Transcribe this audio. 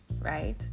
right